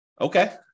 Okay